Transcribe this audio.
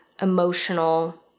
emotional